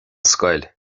scoil